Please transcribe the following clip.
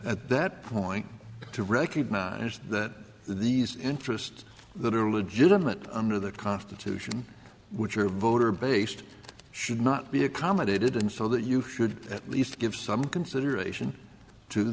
at that point to recognize that these interests that are legitimate under the constitution which are voter based should not be accommodated in so that you should at least give some consideration to